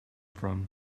from